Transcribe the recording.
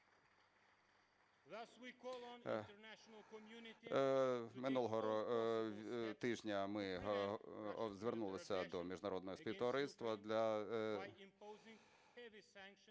Минулого тижня ми звернулися до міжнародного співтовариства